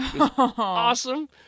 Awesome